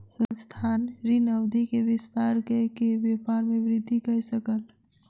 संस्थान, ऋण अवधि के विस्तार कय के व्यापार में वृद्धि कय सकल